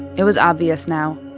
it was obvious now.